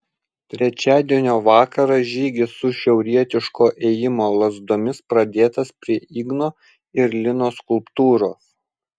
trečiadienio vakarą žygis su šiaurietiško ėjimo lazdomis pradėtas prie igno ir linos skulptūros